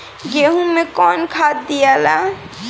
गेहूं मे कौन खाद दियाला?